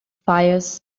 fires